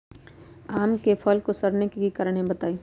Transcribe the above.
आम क फल म सरने कि कारण हई बताई?